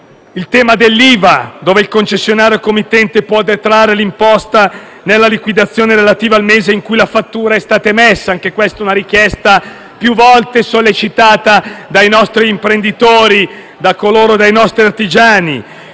questione dell'IVA, dove il concessionario committente può detrarre l'imposta nella liquidazione relativa al mese in cui la fattura è stata emessa. Anche questa è una richiesta più volte sollecitata dai nostri imprenditori e dai nostri artigiani.